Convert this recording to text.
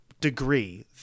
degree